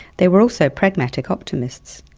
they were so pragmatic optimists.